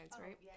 right